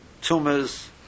tumors